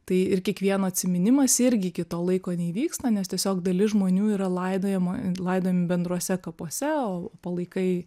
tai ir kiekvieno atsiminimas irgi iki to laiko neįvyks na nes tiesiog dalis žmonių yra laidojama laidojami bendruose kapuose o palaikai